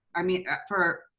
i mean, for,